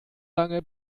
lange